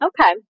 Okay